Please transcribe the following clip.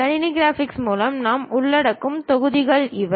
கணினி கிராபிக்ஸ் மூலம் நாம் உள்ளடக்கும் தொகுதிகள் இவை